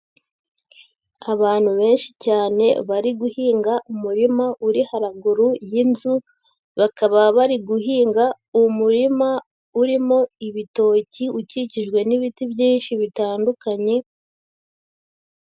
Abantu benshi cyane bari guhinga umurima uri haruguru y'inzu, bakaba bari guhinga umurima urimo ibitoki, ukikijwe n'ibiti byinshi bitandukanye.